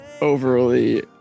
overly